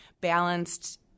balanced